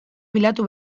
bilatu